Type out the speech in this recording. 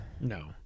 No